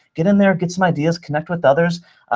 get in there, get some ideas, connect with others.